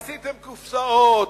עשיתם קופסאות.